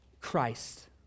Christ